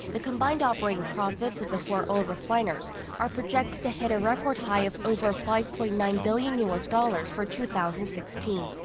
the combined operating profits of the four oil refiners are projected to hit a record high of over five-point-nine billion u s. dollars for two thousand and sixteen.